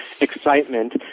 excitement